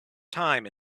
time